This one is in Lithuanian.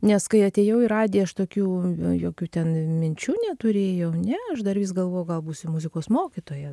nes kai atėjau į radiją aš tokių jokių ten minčių neturėjau ne aš dar vis galvojau gal būsiu muzikos mokytoja